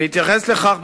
בהתייחס לכך,